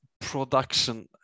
production